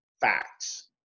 facts